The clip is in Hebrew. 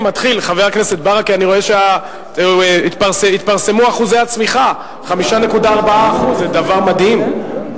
רואה שהתפרסמו אחוזי הצמיחה: 5.4% זה דבר מדהים,